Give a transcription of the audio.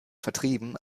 vertrieben